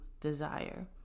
desire